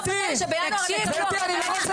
זה לא עוזר לי שבינואר הן יקבלו.